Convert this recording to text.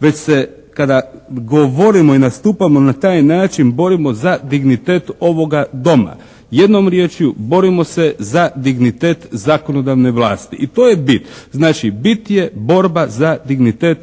Već se kada govorimo i nastupamo na taj način borimo za dignitet ovoga Doma. Jednom riječju, borimo se za dignitet zakonodavne vlasti. I to je bit. Znači, bit je borba za dignitet